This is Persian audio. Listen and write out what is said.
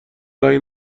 رنگ